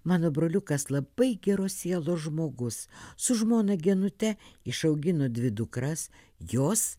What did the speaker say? mano broliukas labai geros sielos žmogus su žmona genute išaugino dvi dukras jos